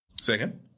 Second